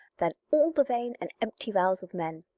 than all the vain and empty vows of men,